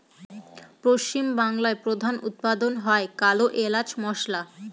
পশ্চিম বাংলায় প্রধান উৎপাদন হয় কালো এলাচ মসলা